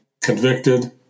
convicted